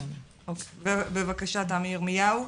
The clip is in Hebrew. בבקשה, תמי ירמיהו.